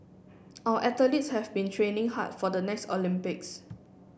our athletes have been training hard for the next Olympics